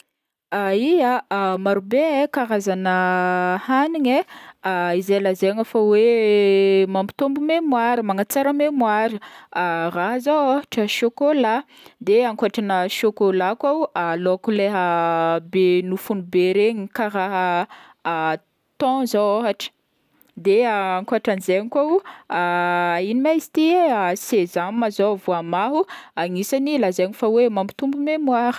Ya, marobe e karazagna hagniny e, zay lazaigny fa hoe mampitombo mémoire, magnatsara mémoire, raha zao ôhatra chocolat, de ankotrana chocolat koa laoko leha be nofogny be regny karaha thon zao ôhatra, de ankotran'zay ko igny mo izy ty e?, sesame zao, voamaho agnisan'ny lazaigna hoe mampitombo mémoire.